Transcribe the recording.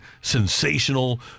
sensational